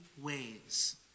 ways